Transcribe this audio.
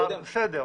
בסדר.